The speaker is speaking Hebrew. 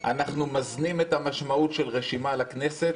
אנחנו מזנים את המשמעות של רשימה לכנסת,